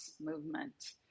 movement